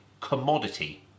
commodity